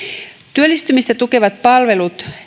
työllistymistä tukevat palvelut